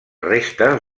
restes